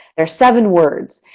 there's seven words.